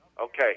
Okay